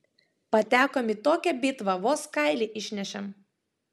patekom į tokią bitvą vos kailį išnešėm